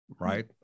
right